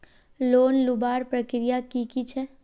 Loan लुबार प्रक्रिया की की छे?